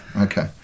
okay